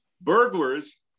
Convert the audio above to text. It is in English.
burglars